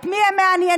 את מי הם מעניינים?